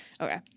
Okay